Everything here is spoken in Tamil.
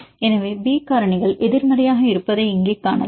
எனவே அவர்கள் பி காரணிகள் எதிர்மறையாக இருப்பதை இங்கே காணலாம்